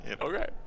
Okay